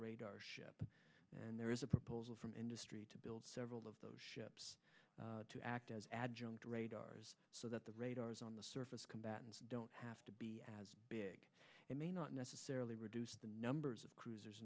and there is a proposal from industry to build several of those ships to act as adjunct radars so that the radars on the surface combatants don't have to be as big it may not necessarily reduce the numbers of cruisers